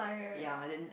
ya then